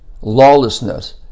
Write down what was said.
lawlessness